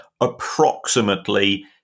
approximately